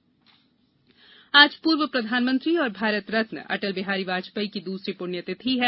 अटल पुण्यतिथि आज पूर्व प्रधानमंत्री और भारत रत्न अटल बिहारी वाजपेई की दूसरी पुण्यतिथि है